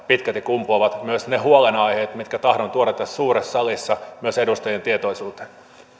pitkälti kumpuavat myös ne huolenaiheet mitkä tahdon tuoda tässä suuressa salissa myös edustajien tietoisuuteen